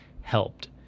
helped